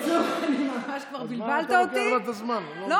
אז מה אתה לוקח לה את הזמן, אני לא